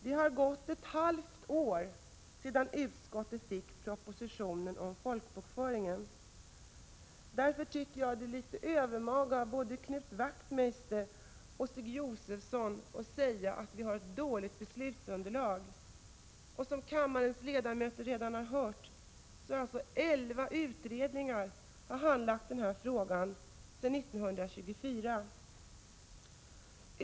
Det har gått ett halvt år sedan utskottet fick propositionen om folkbokföringen. Jag tycker därför att det är litet övermaga av Knut Wachtmeister och Stig Josefson att säga att vi har ett dåligt beslutsunderlag. Som kammarens ledamöter redan har hört har elva utredningar handlagt frågan sedan år 1924.